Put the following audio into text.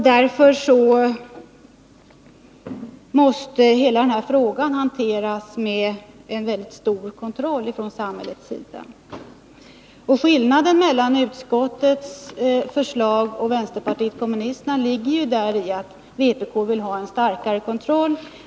Därför måste hela den här frågan hanteras med en väldigt stark kontroll från samhällets sida. Skillnaden mellan utskottets förslag och vänsterpartiet kommunisternas ligger däri att vpk vill ha starkare kontroll.